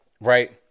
right